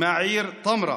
מהעיר טמרה,